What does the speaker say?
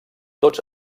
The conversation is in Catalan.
tots